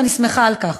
ואני שמחה על כך,